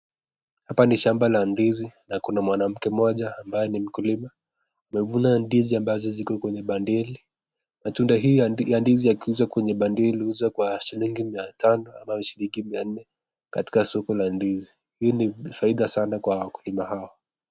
Hapa ni shamba la ndizi, na kuna mwanamke mmoja ambaye ni mkulima, anavuna ndizi ambayo iko kwa bandili, matunda haya ya ndizi yakiuzwa kwenye bandali ili iliyouzwa kwa shilingi mai tano ama ni shilingi mia nne katika soko la ndizi, hii ni faida sana kwa wakulima hao.